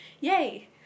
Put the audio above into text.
Yay